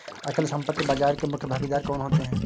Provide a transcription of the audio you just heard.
अचल संपत्ति बाजार के मुख्य भागीदार कौन होते हैं?